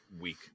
week